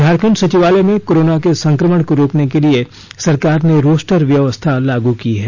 झारखंड सचिवालय में कोरोना के संकमण को रोकने के लिए सरकार ने रोस्टर व्यवस्था लागू की है